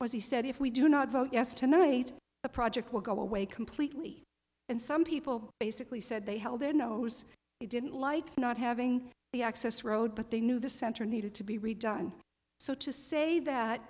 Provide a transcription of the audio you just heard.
was he said if we do not vote yes tonight the project will go away completely and some people basically said they held their nose they didn't like not having the access road but they knew the center needed to be redone so to say that